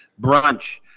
brunch